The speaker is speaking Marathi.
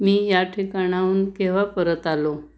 मी या ठिकाणाहून केव्हा परत आलो